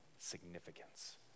significance